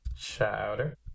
Chowder